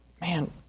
man